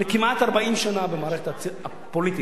אני כמעט 40 שנה במערכת הפוליטית,